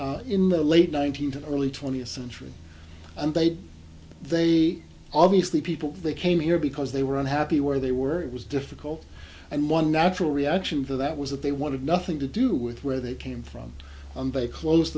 germany in the late nineteenth and early twentieth century and they they obviously people they came here because they were unhappy where they were it was difficult and one natural reaction to that was that they wanted nothing to do with where they came from they closed